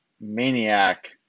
maniac